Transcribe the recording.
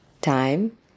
Time